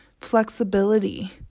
flexibility